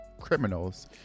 criminals